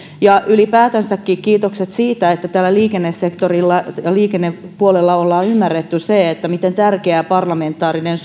ja ylipäätänsäkin kiitokset siitä että liikennesektorilla ja liikennepuolella ollaan ymmärretty se miten tärkeää parlamentaarinen